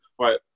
right